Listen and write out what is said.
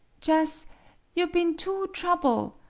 jus' you been too trouble'.